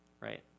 right